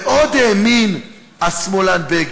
ועוד האמין השמאלן בגין,